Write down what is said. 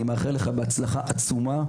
אני מאחל לך הצלחה עצומה.